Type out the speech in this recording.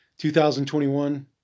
2021